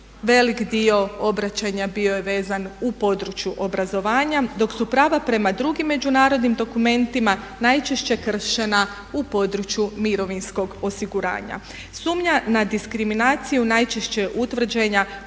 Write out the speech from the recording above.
Velik dio obraćanja bio je vezan u području obrazovanja dok su prava prema drugim međunarodnim dokumentima najčešća kršena u području mirovinskog osiguranja. Sumnja na diskriminaciju najčešće je utvrđena